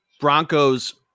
Broncos